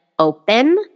open